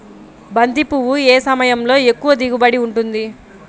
బంతి పువ్వు ఏ సమయంలో ఎక్కువ దిగుబడి ఉంటుంది?